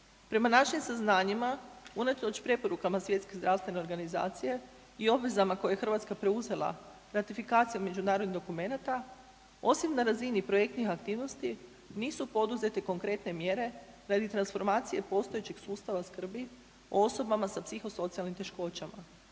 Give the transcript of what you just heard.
Prema našim saznanjima, unatoč preporukama Svjetske zdravstvene organizacije i obvezama koje je Hrvatska preuzela ratifikacijom međunarodnih dokumenata, osim na razini projektnih aktivnosti, nisu poduzete konkretne mjere radi transformacije postojećeg sustava skrbi osobama sa psihosocijalnim teškoćama